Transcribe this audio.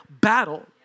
battle